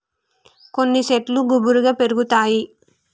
కొన్ని శెట్లు గుబురుగా పెరుగుతాయి